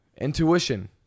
intuition